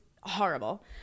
horrible